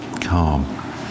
calm